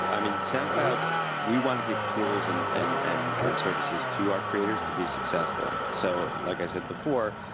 but i mean, soundcloud we want to give tools and and and and services to our creators to be successful. so, like i said before,